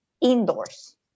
indoors